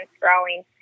growing